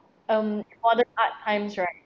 um modern art times right